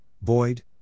Boyd